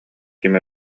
ким